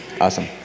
Awesome